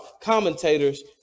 commentators